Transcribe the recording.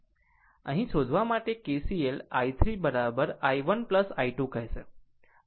અહીં શોધવા માટે KCL i 3 i1 i2 કહેશે